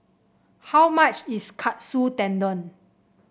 how much is Katsu Tendon